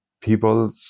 people